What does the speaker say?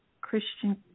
Christian